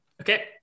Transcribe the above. Okay